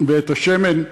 ואת השמן,